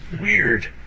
weird